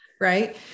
Right